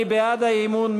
מי בעד האי-אמון?